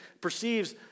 perceives